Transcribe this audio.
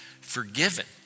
forgiven